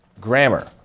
grammar